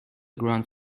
ground